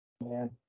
Man